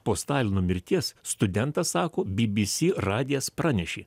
po stalino mirties studentas sako bbc radijas pranešė